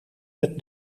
met